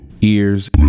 ears